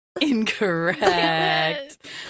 Incorrect